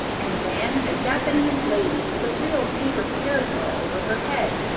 and nan a japanese lady with a real paper parasol over her head.